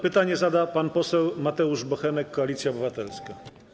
Pytanie zada pan poseł Mateusz Bochenek, Koalicja Obywatelska.